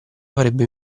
avrebbe